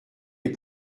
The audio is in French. les